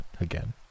again